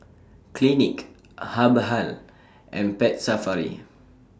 Clinique Habhal and Pet Safari